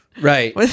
Right